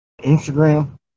Instagram